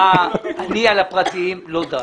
אני על הפרטיים לא דן.